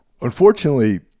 Unfortunately